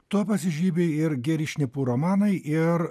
tuo pasižymi ir geri šnipų romanai ir